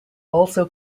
also